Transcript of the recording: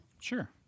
Sure